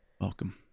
Welcome